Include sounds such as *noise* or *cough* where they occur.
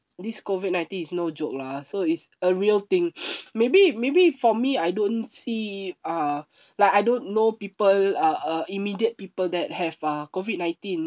this COVID nineteen is no joke lah so it's a real thing *noise* maybe maybe for me I don't see uh *breath* like I don't know people uh uh immediate people that have uh COVID nineteen